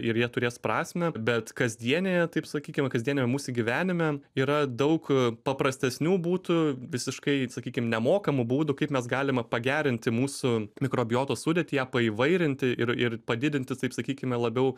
ir jie turės prasmę bet kasdienėje taip sakykime kasdieniame mūsų gyvenime yra daug paprastesnių būdų visiškai sakykim nemokamų būdų kaip mes galime pagerinti mūsų mikrobiotos sudėtį ją paįvairinti ir ir padidinti taip sakykime labiau